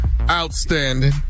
outstanding